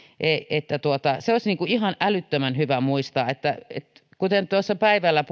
se olisi ihan älyttömän hyvä muistaa kun tuossa päivällä